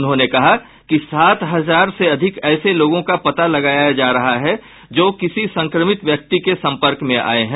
उन्होंने कहा कि सात हजार से अधिक ऐसे लोगों का पता लगाया जा रहा है जो किसी संक्रमित व्यक्ति के संपर्क में आए हैं